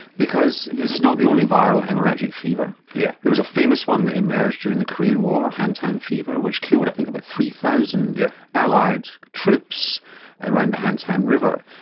because this is not the only viral haemorrhagic fever. yeah there was a famous one that emerged during the korean war, hantaan fever, which killed i think about three thousand yeah allied troops around the hantaan river.